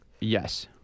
Yes